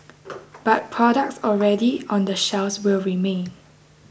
but products already on the shelves will remain